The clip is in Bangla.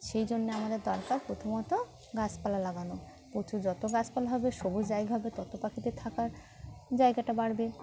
সেই জন্যে আমাদের দরকার প্রথমত গাছপালা লাগানো প্রচুর যত গাছপালা হবে সবুজ জায়গা হবে তত পাখিতে থাকার জায়গাটা বাড়বে